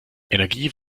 energie